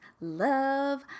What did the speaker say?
love